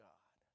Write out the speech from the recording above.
God